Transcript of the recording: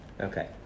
Okay